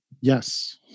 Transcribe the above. Yes